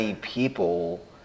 people